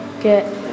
get